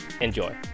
Enjoy